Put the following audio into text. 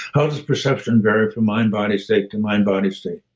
how does perception vary from mind body state to mind body state?